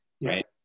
right